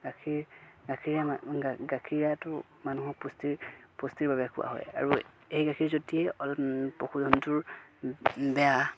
গাখীৰ গাখীৰ গাখীৰেটো মানুহক পুষ্টিৰ পুষ্টিৰ বাবে খোৱা হয় আৰু এই গাখীৰ যদি অলপ পশুধনটোৰ বেয়া